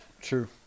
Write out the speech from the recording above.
True